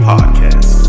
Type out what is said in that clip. Podcast